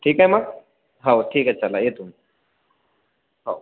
ठीक आहे मग हो ठीक आहे चला येतो मग हो